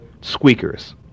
squeakers